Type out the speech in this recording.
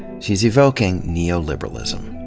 she's evoking neoliberalism.